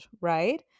right